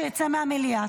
שיצא מהמליאה.